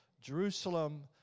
Jerusalem